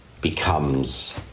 becomes